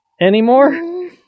anymore